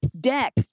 Deck